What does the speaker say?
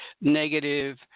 Negative